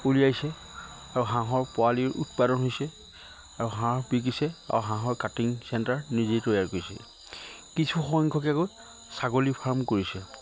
উলিয়াইছে আৰু হাঁহৰ পোৱালিৰ উৎপাদন হৈছে আৰু হাঁহ বিকিছে আৰু হাঁহৰ কাটিং চেণ্টাৰ নিজেই তৈয়াৰ কৰিছে কিছু সংখ্যকে আকৌ ছাগলী ফাৰ্ম কৰিছে